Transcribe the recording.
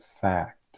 fact